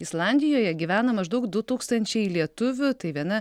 islandijoje gyvena maždaug du tūkstančiai lietuvių tai viena